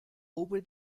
over